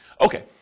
Okay